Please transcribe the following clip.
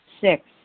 Six